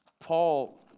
Paul